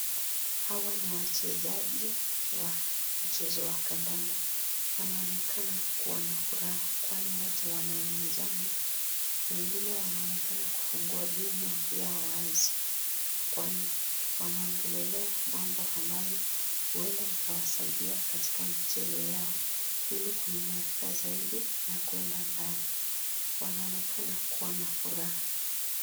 Hawa ni wachezaji wa mchezo wa kandanda. Wanaonekana kuwa na furaha kwani wote wanaimizana, wengine wanaonekana kufungua vinywa vyao wazi kwani wanaongelelea mabo ambayo huenda yakawasaidia katika michezo yao ili kuimalika zaidi na kuenda mbali. wanaonekana kuwa na furaha.